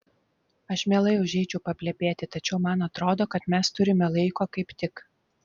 aš mielai užeičiau paplepėti tačiau man atrodo kad mes turime laiko kaip tik